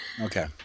Okay